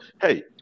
hey